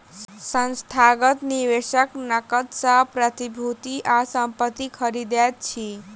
संस्थागत निवेशक नकद सॅ प्रतिभूति आ संपत्ति खरीदैत अछि